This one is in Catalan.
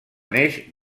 neix